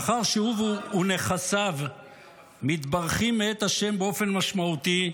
לאחר שהוא ונכסיו מתברכים מאת השם באופן משמעותי,